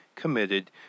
committed